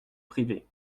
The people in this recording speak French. privé